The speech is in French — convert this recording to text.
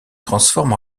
transforme